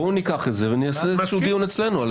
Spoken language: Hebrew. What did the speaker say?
בואו ניקח את זה ונעשה איזשהו דיון אצלנו.